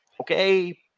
okay